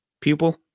pupil